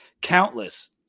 countless